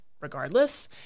regardless